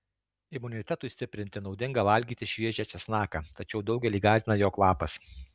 imunitetui stiprinti naudinga valgyti šviežią česnaką tačiau daugelį gąsdina jo kvapas